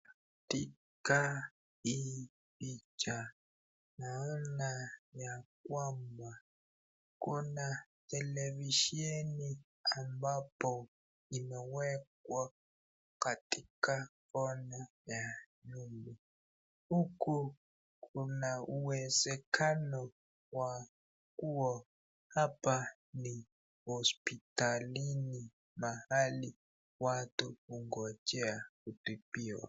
Katika hii picha naona ya kwamba kuna televisheni ambapo imewekwa katika Kona ya nyumba huku Kuna uwezekano wa kuwa hapa ni hospitalini mahali watu ungojea kutibiwa.